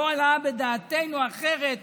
לא עלה בדעתנו אחרת.